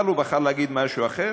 אבל הוא בחר להגיד משהו אחר.